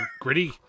gritty